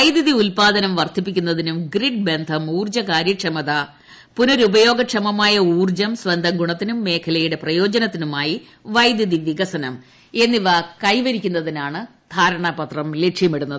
വൈദ്യുതി ഉൽപ്പാദനം വർദ്ധിപ്പിക്കുന്നതിനും ഗ്രിഡ് ബന്ധം ഊർജ്ജകാര്യക്ഷമത പുനഃരുപയോഗക്ഷമമായ ഊർജ്ജം സ്വന്തം ഗുണത്തിനും മേഖലയുടെ പ്രയോജനത്തിനുമായി ജലവൈദ്യുത പദ്ധതികളുടെ വികസനം എന്നീ കൈവരിക്കുന്നതിനാണ് ധാരണാപത്രം ലക്ഷ്യമിടുന്നത്